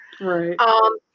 Right